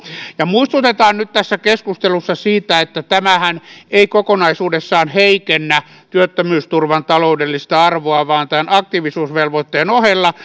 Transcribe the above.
muistutetaan nyt tässä keskustelussa siitä että tämähän ei kokonaisuudessaan heikennä työttömyysturvan taloudellista arvoa vaan tämän aktiivisuusvelvoitteen ohella